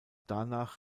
danach